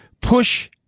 push